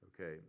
okay